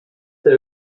der